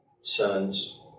sons